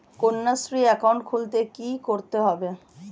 Kanyashree account খুলতে কী করতে হবে?